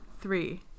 Three